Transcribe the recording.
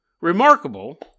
remarkable